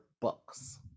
books